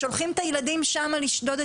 שולחים את הילדים לשדוד,